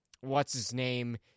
What's-his-name